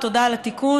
לשעבר, תודה על התיקון.